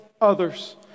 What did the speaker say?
others